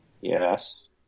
Yes